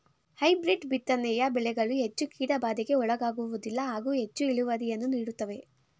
hybrid ಬಿತ್ತನೆಯ ಬೆಳೆಗಳು ಹೆಚ್ಚು ಕೀಟಬಾಧೆಗೆ ಒಳಗಾಗುವುದಿಲ್ಲ ಹಾಗೂ ಹೆಚ್ಚು ಇಳುವರಿಯನ್ನು ನೀಡುತ್ತವೆ